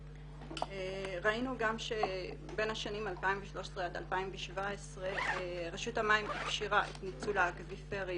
ראינו שבין השנים 2013 עד 2017 רשות המים הכשירה את ניצול האקוויפרים